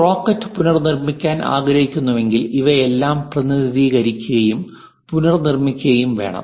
ഒരു റോക്കറ്റ് പുനർനിർമ്മിക്കാൻ ആഗ്രഹിക്കുന്നുവെങ്കിൽ ഇവയെല്ലാം പ്രതിനിധീകരിക്കുകയും പുനർനിർമ്മിക്കുകയും വേണം